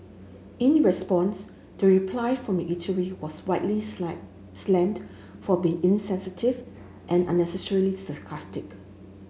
in response the reply from the eatery was widely slam slammed for being insensitive and unnecessarily sarcastic